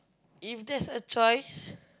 if there's a choice